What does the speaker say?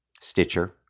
Stitcher